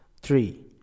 three